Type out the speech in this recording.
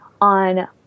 on